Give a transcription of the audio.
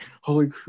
Holy